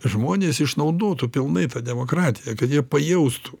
žmonės išnaudotų pilnai tą demokratiją kad jie pajaustų